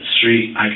street